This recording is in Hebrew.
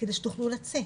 כדי שתוכלו לצאת.